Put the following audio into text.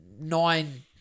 nine